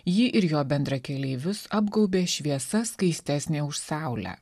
jį ir jo bendrakeleivius apgaubė šviesa skaistesnė už saulę